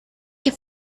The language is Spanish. que